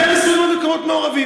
לכן, אסור ללמוד במקומות מעורבים.